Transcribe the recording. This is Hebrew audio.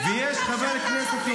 לטיפול.